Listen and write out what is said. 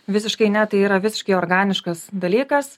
visiškai ne tai yra visiškai organiškas dalykas